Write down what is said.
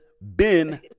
Ben